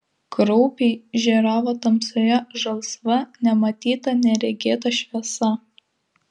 kraupiai žėravo tamsoje žalsva nematyta neregėta šviesa